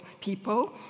people